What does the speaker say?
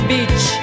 Beach